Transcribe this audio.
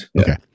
Okay